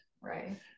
Right